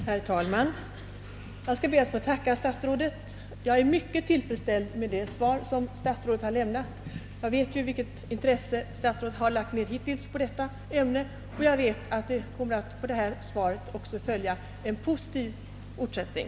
Herr talman! Jag skall be att få tacka statsrådet. Jag är mycket tillfredsställd med det svar som han har lämnat. Jag vet vilket intresse statsrådet hittills har lagt ned på detta ämne och jag vet också att det på detta svar kommer att följa en positiv fortsättning.